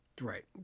Right